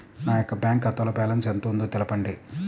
నా యొక్క బ్యాంక్ ఖాతాలో బ్యాలెన్స్ ఎంత ఉందో తెలపండి?